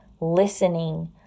listening